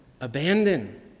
Abandon